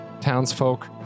townsfolk